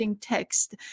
text